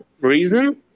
reason